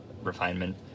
refinement